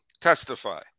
testify